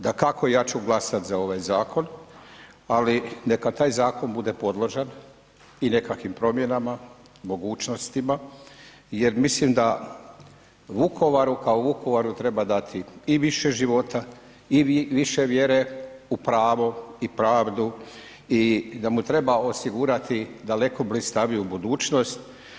Dakako ja ću glasati za ovaj zakon, ali neka taj zakon bude podložak i nekakvim promjenama, mogućnostima jer mislim da Vukovaru kao Vukovaru treba dati i više života i više vjere u pravo i pravdu i da mu treba osigurati daleko blistaviju budućnost.